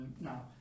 Now